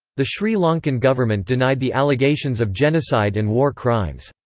the sri lankan government denied the allegations of genocide and war crimes.